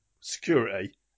security